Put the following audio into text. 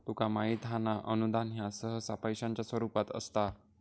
तुका माहित हां ना, अनुदान ह्या सहसा पैशाच्या स्वरूपात असता